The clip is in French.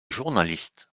journalistes